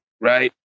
Right